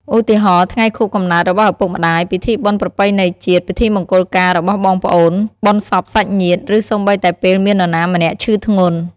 ឧទាហរណ៍ ថ្ងៃខួបកំណើតរបស់ឪពុកម្ដាយ ពិធីបុណ្យប្រពៃណីជាតិ ពិធីមង្គលការរបស់បងប្អូន បុណ្យសពសាច់ញាតិ ឬសូម្បីតែពេលមាននរណាម្នាក់ឈឺធ្ងន់។